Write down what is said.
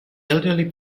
elderly